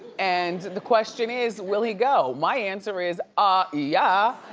and the question is will he go? my answer is ah, yeah.